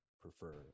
prefer